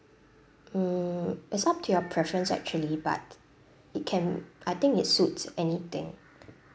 mm it's up to your preference actually but it can I think it suits anything